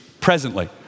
presently